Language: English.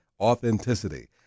Authenticity